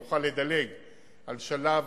נוכל לדלג על שלב